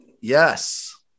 Yes